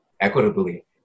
equitably